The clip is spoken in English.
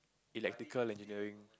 electrical engineering